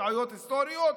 טעויות היסטוריות,